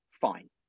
fine